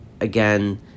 again